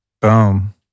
Boom